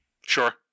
Sure